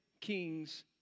kings